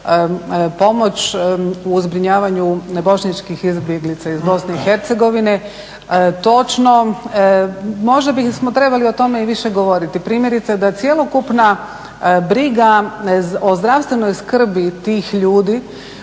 pomoć u zbrinjavanju bošnjačkih izbjeglica iz Bosne i Hercegovine. Točno, možda bismo o tome trebali o tome i više govoriti. Primjerice da cjelokupna briga o zdravstvenoj skrbi tih ljudi